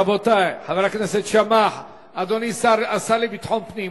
רבותי, חבר הכנסת שאמה, אדוני השר לביטחון פנים,